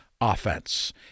Offense